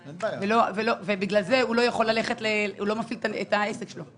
נפגע, ובגלל זה הוא לא מפעיל את העסק שלו.